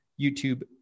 YouTube